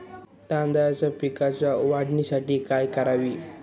तांदळाच्या पिकाच्या वाढीसाठी काय करावे?